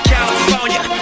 California